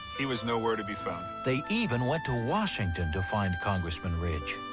he was nowhere to be found. they even went to washington to find congressman ridge.